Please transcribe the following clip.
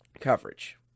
coverage